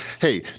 hey